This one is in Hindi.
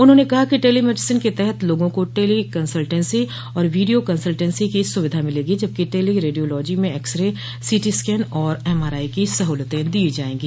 उन्होंने कहा कि टेली मेडिसिन के तहत लोगों को टेली कंसल्टेंसो और वीडियो कंसल्टेंसो की सुविधा मिलेगी जबकि टेली रेडियोलॉजी में एक्स रे सोटी स्कैन और एमआरआई की सहूलत दी जायेगी